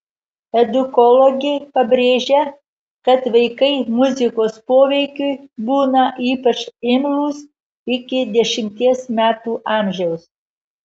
edukologė pabrėžia kad vaikai muzikos poveikiui būna ypač imlūs iki dešimties metų amžiaus